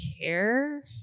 care